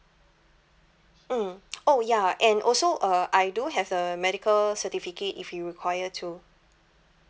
mm oh ya and also uh I do have the medical certificate if you require to